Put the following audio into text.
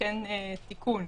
לתקן תיקון.